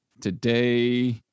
today